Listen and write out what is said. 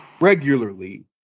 regularly